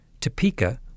Topeka